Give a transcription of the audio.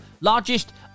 Largest